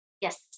yes